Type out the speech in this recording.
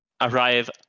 arrive